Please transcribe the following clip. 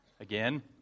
again